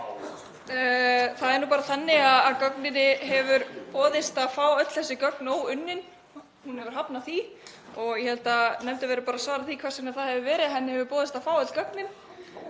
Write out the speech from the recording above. í.)Það er nú bara þannig að nefndin hefur boðist að fá öll þessi gögn óunnin. Hún hefur hafnað því. Ég held að nefndin verði bara að svara því hvers vegna það hefur verið ef henni hefur boðist að fá öll gögnin.